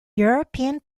european